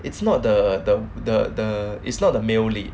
it's not the the the the it's not the male lead